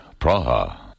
Praha